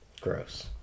Gross